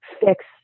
fix